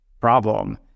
problem